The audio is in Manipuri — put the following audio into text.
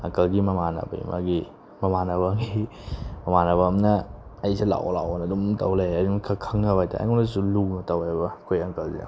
ꯑꯪꯀꯜꯒꯤ ꯃꯃꯥꯟꯅꯕꯤ ꯑꯃꯒꯤ ꯃꯃꯥꯟꯅꯕ ꯑꯃꯒꯤ ꯃꯃꯥꯟꯅꯕ ꯑꯃꯅ ꯑꯩꯁꯦ ꯂꯥꯛꯑꯣ ꯂꯥꯛꯑꯣꯅ ꯑꯗꯨꯝ ꯇꯧ ꯂꯩꯔꯦ ꯑꯗꯨꯝ ꯈꯔ ꯈꯪꯅꯕ ꯍꯥꯏ ꯇꯥꯔꯦ ꯑꯩꯉꯣꯟꯗꯁꯨ ꯂꯨꯅ ꯇꯧꯋꯦꯕ ꯑꯩꯈꯣꯏ ꯑꯪꯀꯜꯁꯦ